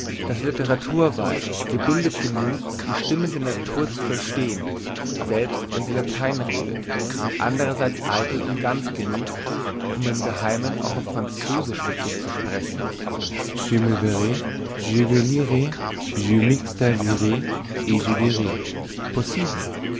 das litteratur weib gebildet genug die stimme der natur zu verstehn selbst wenn sie latein redet und andrerseits eitel und gans genug um im geheimen auch noch französisch mit sich zu sprechen